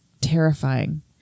Terrifying